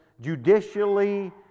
Judicially